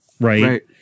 right